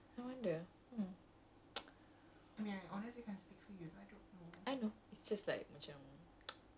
the strange perceptions that I had of like relationships hmm